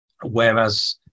whereas